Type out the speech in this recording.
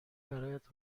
برایت